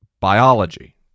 biology